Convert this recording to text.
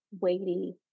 weighty